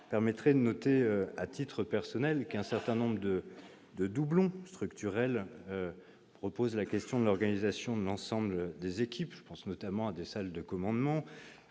permets de souligner, à titre personnel, qu'un certain nombre de doublons structurels posent la question de l'organisation de l'ensemble des équipes ; je pense notamment à des salles de commandement